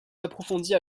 approfondies